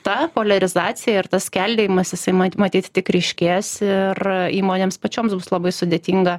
ta poliarizacija ir tas skeldėjimas jisai ma matyt tik ryškės ir įmonėms pačioms labai sudėtinga